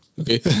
Okay